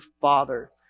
father